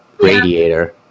radiator